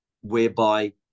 whereby